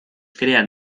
crean